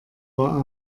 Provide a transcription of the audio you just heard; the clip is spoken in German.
war